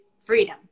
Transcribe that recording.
freedom